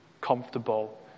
comfortable